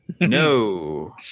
No